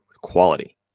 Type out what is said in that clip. quality